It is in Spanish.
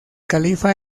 califa